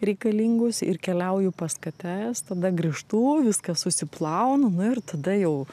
reikalingus ir keliauju pas kates tada grįžtu viską susiplaunu nu ir tada jau